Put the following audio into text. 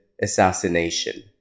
assassination